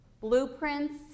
blueprints